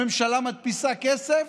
הממשלה מדפיסה כסף